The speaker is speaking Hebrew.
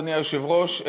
אדוני היושב-ראש,